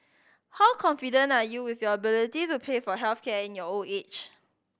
how confident are you with your ability to pay for health care in your old age